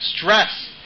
stress